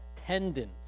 tendon